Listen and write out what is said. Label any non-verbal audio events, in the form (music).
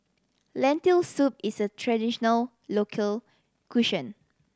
Lentil Soup is a traditional local (unintelligible)